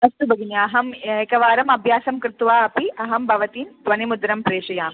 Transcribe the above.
अस्तु भगिनी अहम् एकवारम् अभ्यासं कृत्वा अपि अहं भवतीं ध्वनिमुद्रां प्रेषयामि